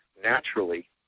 naturally